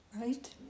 right